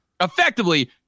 effectively